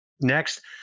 Next